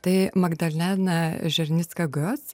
tai magdalena žernicka gus